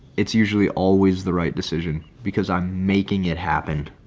it's usually always the right decision because i'm making it happened.